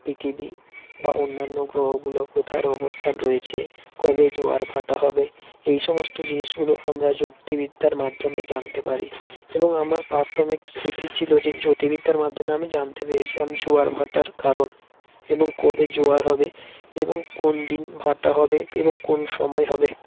পৃথিবী বা অন্যান্য গ্রহগুলো কোথায় অবস্থান রয়েছে কবে জোয়ার ভাটা হবে এই সমস্ত জিনিসগুলো আমরা জ্যোতির্বিদ্যার মাধ্যমে জানতে পারি এবং আমার প্রাথমিক স্মৃতি ছিলো যে জ্যোতির্বিদ্যার মাধ্যমে আমি জানতে পেরেছিলাম জোয়ার ভাটার কারণ এবং কবে জোয়ার হবে এবং কোন দিন ভাটা হবে এবং কোন সময়ে হবে